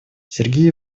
сергей